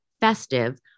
festive